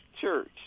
Church